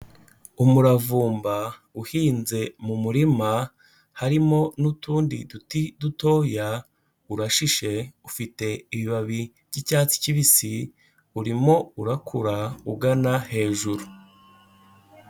Umuravumba uhinze mu murima harimo n'utundi duti dutoya, urashishe ufite ibibabi by'icyatsi kibisi urimo urakura ugana hejuru.